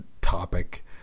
topic